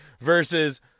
versus